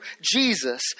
Jesus